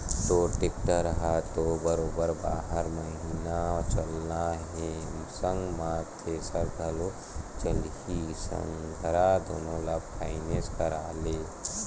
तोर टेक्टर ह तो बरोबर बारह महिना चलना हे संग म थेरेसर घलोक चलही संघरा दुनो ल फायनेंस करा ले